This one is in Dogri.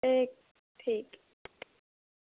ठीक